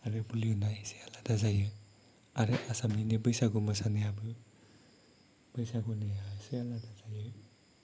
आरो बलिउडना एसे आलादा जायो आरो आसामनिनो बैसागु मोसानायाबो बैसागुनिया एसे आलादा जायो